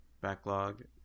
backlog